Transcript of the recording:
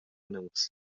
nus